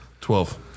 Twelve